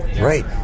Right